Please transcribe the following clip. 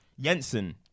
Jensen